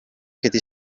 che